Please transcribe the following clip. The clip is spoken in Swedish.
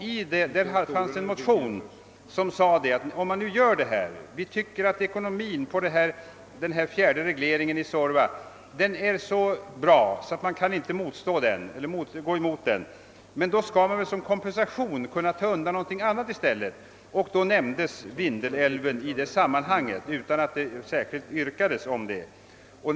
I en motion, som väckts i detta sammanhang, uttalades att det skulle bli en så god ekonomisk vinning av den fjärde regleringen av Suorva att motionärerna inte ville gå emot den. Men motionärerna ansåg att man borde som kompensation ta undan något annat vattendrag i stället, och då nämndes Vindelälven i detta sammanhang utan att något särskilt yrkande därom framställdes.